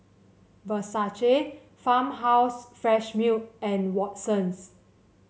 Versace Farmhouse Fresh Milk and Watsons